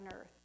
earth